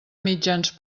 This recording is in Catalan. mitjans